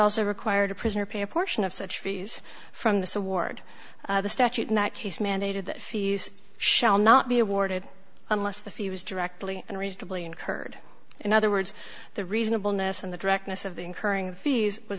also required a prisoner pay a portion of such fees from this award the statute in that case mandated that fees shall not be awarded unless the few was directly and reasonably incurred in other words the reasonableness and the